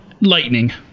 lightning